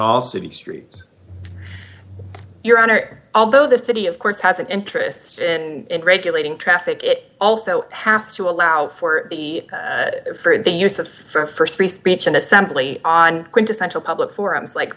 all city streets your honor although the city of course has an interest in regulating traffic it also has to allow for the use of for a st free speech and assembly on quintessential public forums like